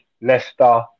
Leicester